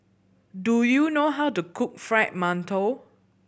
do you know how to cook Fried Mantou